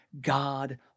God